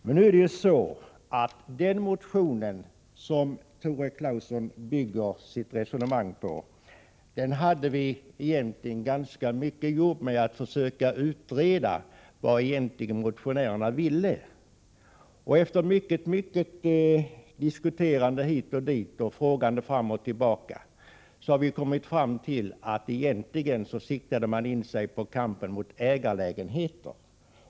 Men beträffande den motion som Tore Claeson bygger sitt resonemang på hade vi ganska mycket jobb med att utreda vad motionärerna egentligen ville. Efter mycket diskuterande hit och dit och frågande fram och tillbaka kom vi fram till att man egentligen siktade in sig på kampen mot ägarlägenheter.